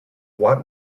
what